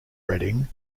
reading